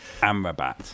Amrabat